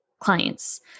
clients